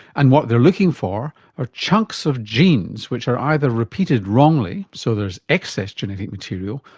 and what they're looking for are chunks of genes which are either repeated wrongly, so there's excess genetic material,